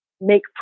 make